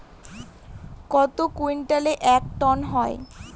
কত কুইন্টালে এক টন হয়?